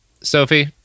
sophie